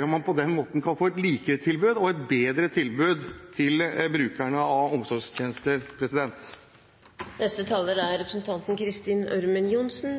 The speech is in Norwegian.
om man på den måten kan få et likere tilbud og et bedre tilbud til brukerne av omsorgstjenester. Denne meldingen